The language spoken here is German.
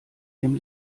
dem